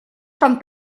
pan